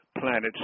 planets